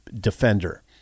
defender